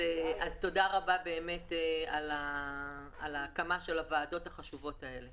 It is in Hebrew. תודה רבה על הקמת הוועדות החשובות האלו.